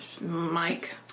Mike